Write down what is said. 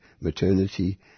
maternity